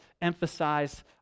emphasize